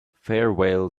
farewell